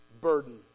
burden